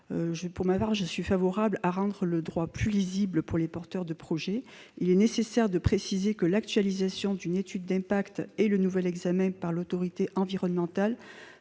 pour ma part favorable à ce que l'on rende le droit plus lisible pour les porteurs de projet. Il est nécessaire de préciser que l'actualisation d'une étude d'impact et le nouvel examen par l'autorité environnementale